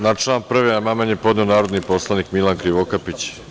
Na član 1. amandman je podneo narodni poslanik Milovan Krivokapić.